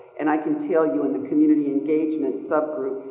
and i can tell you in the community engagement subgroup,